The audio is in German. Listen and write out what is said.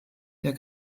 der